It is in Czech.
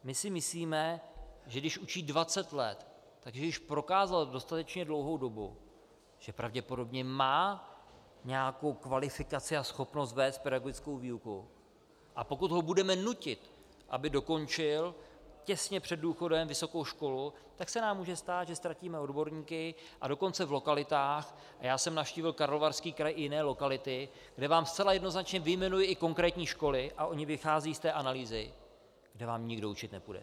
My si myslíme, že když učí dvacet let, že již prokázal dostatečně dlouhou dobu, že pravděpodobně má nějakou kvalifikaci a schopnost vést pedagogickou výuku, a pokud ho budeme nutit, aby dokončil těsně před důchodem vysokou školu, tak se nám může stát, že ztratíme odborníky, a dokonce v lokalitách, a já jsem navštívil Karlovarský kraj i jiné lokality, kde vám zcela jednoznačně vyjmenují i konkrétní školy, a oni vycházejí z té analýzy, kde vám nikdo učit nepůjde.